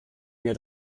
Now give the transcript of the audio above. mir